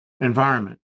environment